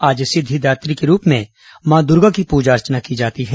आज सिद्विदात्री रूप में मां दुर्गा की पूजा अर्चना की जाती है